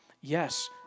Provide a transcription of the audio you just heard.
Yes